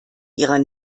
ihrer